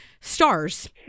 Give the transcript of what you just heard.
stars